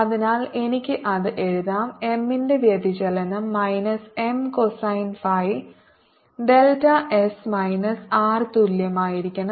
അതിനാൽ എനിക്ക് അത് എഴുതാം M ന്റെ വ്യതിചലനം minus M cosine phi delta S minus R തുല്യമായിരിക്കണം